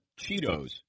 Cheetos